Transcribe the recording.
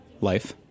life